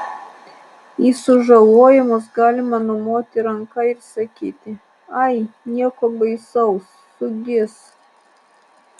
į sužalojimus galima numoti ranka ir sakyti ai nieko baisaus sugis